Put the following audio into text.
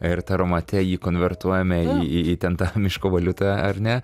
ir taromate jį konvertuojame į į ten tą miško valiutą ar ne